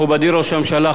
מכובדי ראש הממשלה,